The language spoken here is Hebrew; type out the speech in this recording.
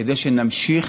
כדי שנמשיך